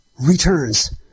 returns